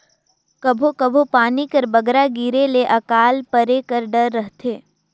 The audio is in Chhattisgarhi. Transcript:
कभों कभों पानी कर बगरा गिरे ले अकाल परे कर डर रहथे